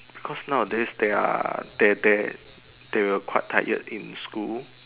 cause nowadays they are they they they will quite tired in school